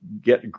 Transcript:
get